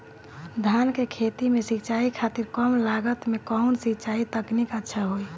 धान के खेती में सिंचाई खातिर कम लागत में कउन सिंचाई तकनीक अच्छा होई?